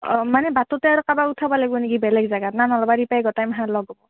মানে বাটতে আৰু কাৰবাক উঠাব লাগ্বো নেকি বেলেগ জাগাত না নলবাৰীৰ পৰাই গটাই মাখাই লগ হ'ব